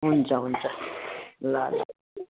हुन्छ हुन्छ ल ल